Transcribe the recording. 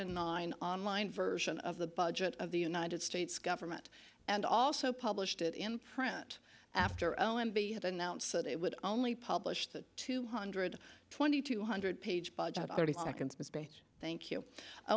and nine online version of the budget of the united states government and also published it in print after all m b had announced that it would only publish the two hundred twenty two hundred page budget of thirty seconds in space thank you